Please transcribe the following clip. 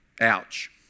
Ouch